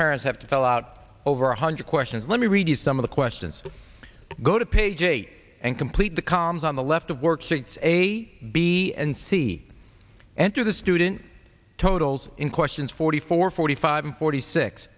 parents have to fill out over a hundred questions let me read some of the questions go to page eight and complete the columns on the left of worksheets a b and c enter the student totals in questions forty four forty five and forty six